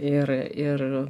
ir ir